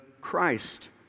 Christ